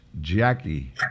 Jackie